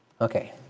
Okay